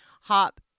hop